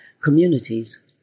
communities